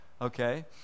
okay